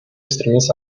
стремиться